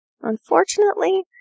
Unfortunately